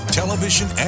television